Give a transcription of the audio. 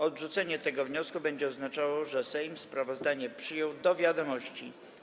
Odrzucenie tego wniosku będzie oznaczało, że Sejm sprawozdanie przyjął do wiadomości.